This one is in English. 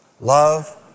Love